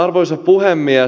arvoisa puhemies